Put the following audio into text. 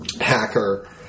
hacker